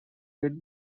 get